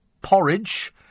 porridge